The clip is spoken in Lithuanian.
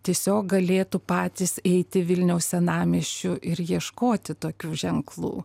tiesiog galėtų patys eiti vilniaus senamiesčiu ir ieškoti tokių ženklų